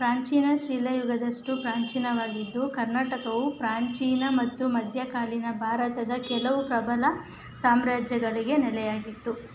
ಪ್ರಾಚೀನ ಶಿಲಾಯುಗದಷ್ಟು ಪ್ರಾಚೀನವಾಗಿದ್ದು ಕರ್ನಾಟಕವು ಪ್ರಾಚೀನ ಮತ್ತು ಮಧ್ಯಕಾಲೀನ ಭಾರತದ ಕೆಲವು ಪ್ರಬಲ ಸಾಮ್ರಾಜ್ಯಗಳಿಗೆ ನೆಲೆಯಾಗಿತ್ತು